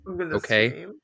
okay